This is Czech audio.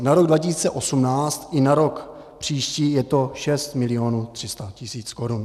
Na rok 2018 i na rok příští je to 6 milionů 300 tisíc korun.